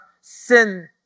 sin